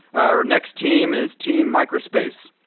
our next team is team micro space.